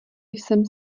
jsem